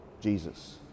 Jesus